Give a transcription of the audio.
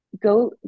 go